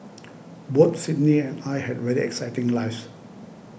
both Sydney and I had very exciting lives